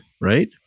right